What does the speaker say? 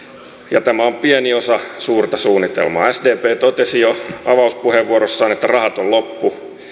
ja tämä on pieni osa suurta suunnitelmaa sdp totesi jo avauspuheenvuorossaan että rahat ovat loppu